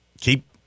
keep